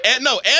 No